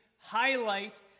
highlight